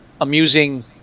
amusing